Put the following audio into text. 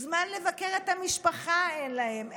זמן לבקר את המשפחה אין להם.